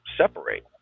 separate